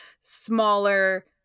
smaller